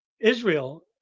Israel